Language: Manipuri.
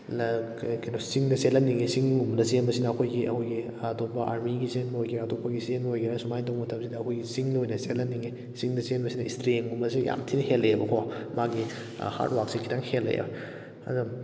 ꯆꯤꯡꯗ ꯆꯦꯜꯍꯟꯅꯤꯡꯉꯤ ꯆꯤꯡꯒꯨꯝꯕꯗ ꯆꯦꯟꯕꯁꯤꯅ ꯑꯩꯈꯣꯏꯒꯤ ꯑꯩꯈꯣꯏꯒꯤ ꯑꯇꯣꯞꯄ ꯑꯥꯔꯃꯤꯒꯤ ꯆꯦꯟꯕ ꯑꯣꯏꯒꯦꯔꯥ ꯑꯇꯣꯞꯄꯒꯤ ꯆꯦꯟꯕ ꯑꯣꯏꯒꯦꯔꯥ ꯁꯨꯃꯥꯏꯅ ꯇꯧꯕ ꯃꯇꯝꯁꯤꯗ ꯑꯩꯈꯣꯏꯒꯤ ꯆꯤꯡꯗ ꯑꯣꯏꯅ ꯆꯦꯜꯍꯟꯅꯤꯡꯉꯤ ꯆꯤꯡꯗ ꯆꯦꯟꯕꯁꯤꯅ ꯏꯁꯇ꯭ꯔꯦꯡꯒꯨꯝꯕꯁꯨ ꯌꯥꯝ ꯊꯤꯅ ꯍꯦꯜꯂꯛꯑꯦꯕꯀꯣ ꯃꯥꯒꯤ ꯍꯥꯔꯠ ꯋꯥꯛꯁꯦ ꯈꯤꯇꯪ ꯍꯦꯜꯂꯛꯑꯦ ꯑꯗꯣ